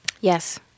Yes